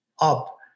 up